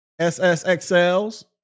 SSXLs